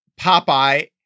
Popeye